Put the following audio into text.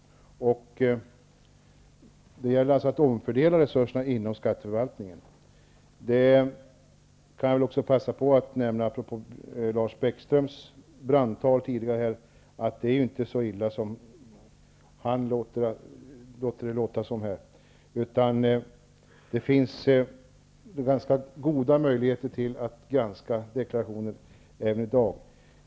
Det gäller alltså att omfördela resurserna inom skatteförvaltningen. Apropå Lars Bäckströms brandtal kan jag passa på att nämna att det inte är så illa som han får det att låta. Det finns ganska goda möjligheter att granska deklarationer även i dag.